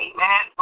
Amen